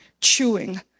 chewing